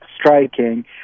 striking